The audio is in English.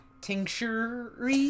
tincture